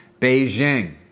Beijing